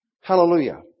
Hallelujah